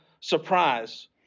surprise